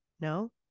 No